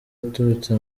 aturutse